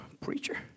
preacher